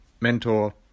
mentor